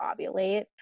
ovulate